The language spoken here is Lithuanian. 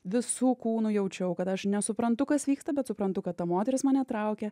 visu kūnu jaučiau kad aš nesuprantu kas vyksta bet suprantu kad ta moteris mane traukia